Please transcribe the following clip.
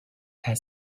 has